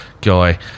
guy